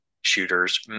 shooters